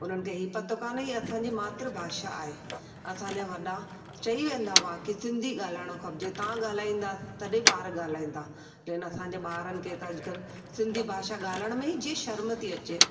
उन्हनि खे ही पतो काने हीअं असांजी मातृभाषा आहे असांजा वॾा चई वेंदा उहा की सिंधी ॻाल्हाइणो खपिजे तव्हां ॻाल्हाईंदा तॾहिं ॿार ॻाल्हाईंदा त इन असांजे ॿारनि खे त अॼु कल्ह सिंधी भाषा ॻाल्हाइणु में ई जीअं शर्म थी अचे